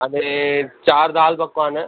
अनी चारि दाल पकवान